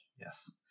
Yes